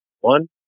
one